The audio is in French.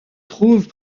trouve